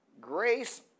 Grace